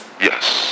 Yes